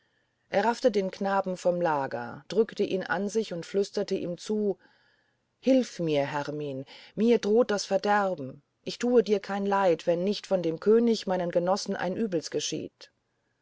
er raffte den knaben vom lager drückte ihn an sich und flüsterte ihm zu hilf mir hermin mir droht das verderben ich tue dir kein leid wenn nicht von dem könig meinen genossen ein übles geschieht